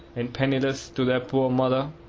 and penniless, to their poor mother.